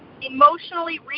emotionally